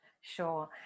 Sure